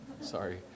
Sorry